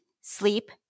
sleep